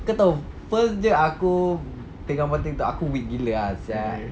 kau tahu first day aku pegang bottle aku weak gila ah sia kan